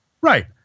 right